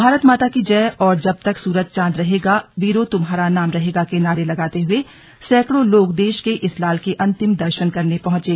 भारत माता की जय और जब तक सूरज चांद रहेगा वीरों तुम्हारा नाम रहेगा के नारे लगाते हुए सैकड़ों लोग देश के इस लाल के अंतिम दर्शन करने पहुंचे